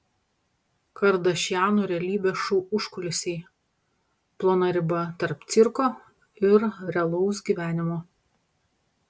kardašianų realybės šou užkulisiai plona riba tarp cirko ir realaus gyvenimo